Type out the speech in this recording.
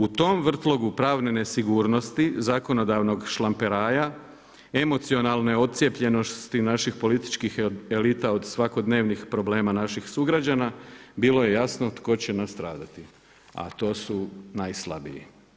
U tom vrtlogu pravne nesigurnosti zakonodavnog šlamperaja, emocionalne odcijepljenosti naših političkih elita od svakodnevnih problema naših sugrađana, bilo je jasno tko će nastradati, a to su najslabiji.